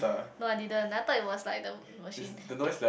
no I didn't I thought it was like the machine eh